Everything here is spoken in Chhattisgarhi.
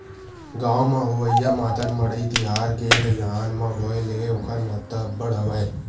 गाँव म होवइया मातर मड़ई तिहार के दईहान म होय ले ओखर महत्ता अब्बड़ हवय